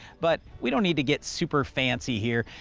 but we don't need to get super fancy here.